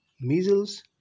measles